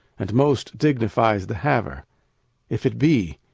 and most dignifies the haver if it be,